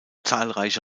zahlreiche